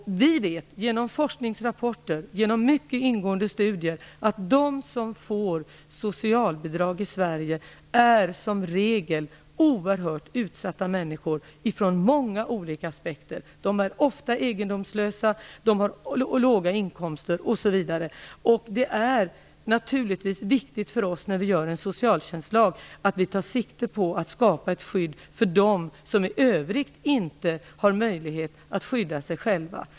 Vi vet genom forskningsrapporter och mycket ingående studier att de som får socialbidrag i Sverige som regel är ur många olika aspekter oerhört utsatta människor. De är ofta egendomslösa, har låga inkomster osv. Det är naturligtvis viktigt för oss när vi utarbetar en socialtjänstlag att vi tar sikte på att skapa ett skydd för dem som i övrigt inte har möjlighet att skydda sig själva.